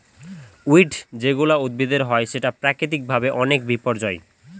weed যেগুলা উদ্ভিদের হয় সেটা প্রাকৃতিক ভাবে অনেক বিপর্যই